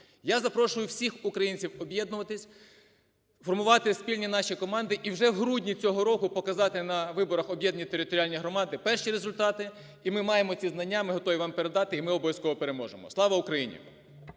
Я запрошую всіх українців об'єднуватися, формувати наші спільні команди і вже в грудні цього року показати на виборах територіальних громад перші результати. І ми маємо ці знання, ми готові вам передати, і ми обов'язково переможемо. Слава Україні!